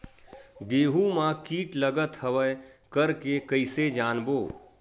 गेहूं म कीट लगत हवय करके कइसे जानबो?